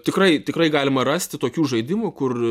tikrai tikrai galima rasti tokių žaidimų kur